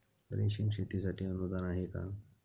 रेशीम शेतीसाठी अनुदान आहे का?